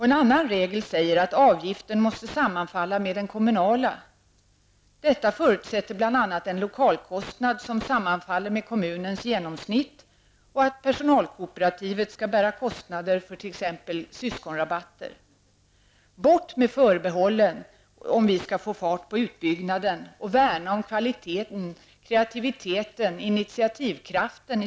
En annan regel säger att avgiften måste sammanfalla med den kommunala avgiften. Detta förutsätter bl.a. en lokalkostnad som sammanfaller med kommunens genomsnitt och att personalkooperativet skall bära kostnader för t.ex. syskonrabatter. Om vi skall få fart på utbyggnaden måste förbehållen bort. Värna i stället om kvaliteten, kreativiteten och initiativkraften.